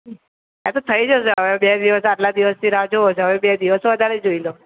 હા તો થઈ જશે હવે બે દિવસ આટલા દિવસથી રાહ જુઓ છો હવે બે દિવસ વધારે જોઈ લો